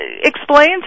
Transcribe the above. explain